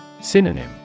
Synonym